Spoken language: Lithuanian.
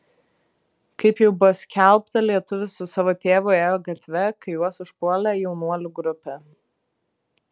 kaip jau buvo skelbta lietuvis su savo tėvu ėjo gatve kai juos užpuolė jaunuolių grupė